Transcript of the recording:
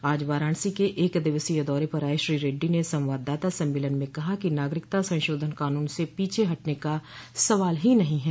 आज वाराणसी के एक दिवसीय दौरे पर आये श्री रेड्डी ने संवाददाता सम्मेलन में कहा कि नागरिकता संशोधन कानून से पीछे हटने का सवाल ही नहीं है